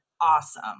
awesome